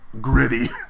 gritty